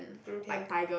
okay